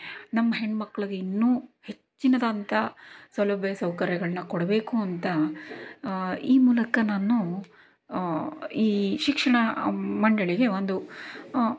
ನಮ್ಮ ಹೆಣ್ಮಕ್ಕಳಿಗೆ ಇನ್ನೂ ಹೆಚ್ಚಿನದಾದಂಥ ಸೌಲಭ್ಯ ಸೌಕರ್ಯಗಳನ್ನು ಕೊಡಬೇಕು ಅಂತ ಈ ಮೂಲಕ ನಾನು ಈ ಶಿಕ್ಷಣ ಮಂಡಳಿಗೆ ಒಂದು